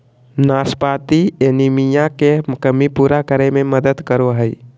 नाशपाती एनीमिया के कमी पूरा करै में मदद करो हइ